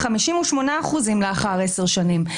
58% לאחר עשר שנים.